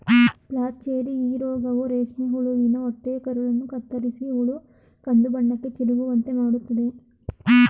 flacherie ಈ ರೋಗವು ರೇಷ್ಮೆ ಹುಳುವಿನ ಹೊಟ್ಟೆಯ ಕರುಳನ್ನು ಕತ್ತರಿಸಿ ಹುಳು ಕಂದುಬಣ್ಣಕ್ಕೆ ತಿರುಗುವಂತೆ ಮಾಡತ್ತದೆ